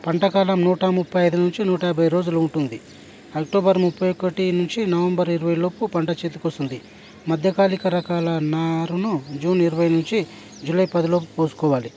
పంటకాలం నూట ముప్పైఐదు నుంచి నూటా యాబై రోజులు ఉంటుంది అక్టోబర్ ముప్ఫై ఒకటి నుంచి నవంబర్ ఇరవై లోపు పంట చేతికి వస్తుంది మధ్యకాలిక రకాల నారును జూన్ ఇరవై నుంచి జూలై పది లోపు కోసుకోవాలి